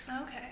okay